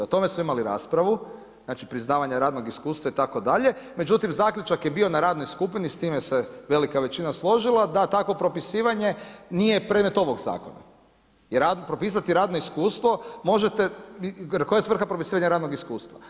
O tome smo imali raspravu, priznavanje radnog iskustva itd., međutim zaključak je bio na radnoj skupini s time se velika većina složila da takvo propisivanje nije predmet ovog zakona jer propisati radno iskustvo možete, jer koja je svrha propisivanja radnog iskustva?